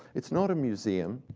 it's not a museum.